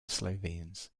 slovenes